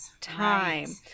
time